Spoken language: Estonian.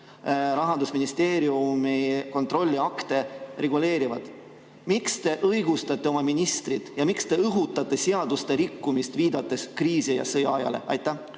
Rahandusministeeriumi kontrolliakte, reguleerivad. Miks te õigustate oma ministrit ja miks te õhutate seaduste rikkumist, viidates kriisi‑ ja sõjaajale? Aitäh,